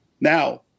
now